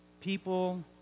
People